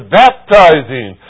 baptizing